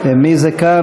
מי זה כאן?